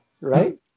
right